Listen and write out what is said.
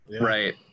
Right